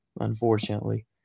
unfortunately